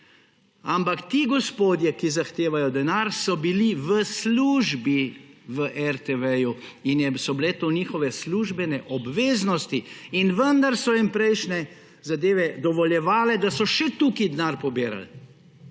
Ampak, ti gospodje, ki zahtevajo denar, so bili v službi v RTV in so bile to njihove službene obveznosti in vendar so jim prejšnje zadeve dovoljevale, da so še tukaj denar pobirali.